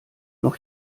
noch